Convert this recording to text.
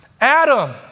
Adam